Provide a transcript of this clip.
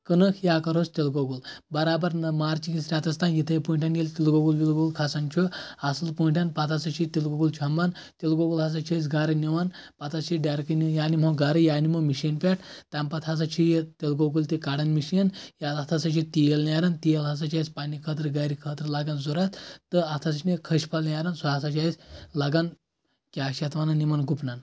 کٕنٕک یا کرٕ ہوس تِلہٕ گۄگُل برابر نہٕ مارچہٕ کِس رٮ۪تس تانۍ یِتھٕے پٲٹھۍ ییٚلہِ تِلہٕ گۄگُل وِل گۄگُل کھسان چھُ اَصٕل پٲٹھۍ پَتہٕ ہسا چھُ یہِ تِلہٕ گۄگُل چھۄمبان تِلہٕ گۄگُل ہسا چھِ أسۍ گرٕ نِوان پَتہٕ حظ چھِ ڈیرکٕے یا نِموگرٕ یا نِمو مِشیٖن پٮ۪ٹھ تَمہِ پَتہٕ ہسا چھِ یہِ تِلہٕ گۄگُل تہِ کڑان مِشیٖن یا اَتھ ہسا چھُ تیٖل نیران تیٖل ہسا چھُ اَسہِ پَنٕنہِ خٲطرٕ گرِ خٲطر لَگان ضروٗرت تہٕ اَتھ ہسا چھُ یہِ کھٔج پھل نیران سُہ ہسا چھ أسۍ لگان کیٛاہ چھِ اتھ ونان یِمن گُپنن